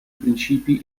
principi